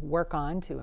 work on to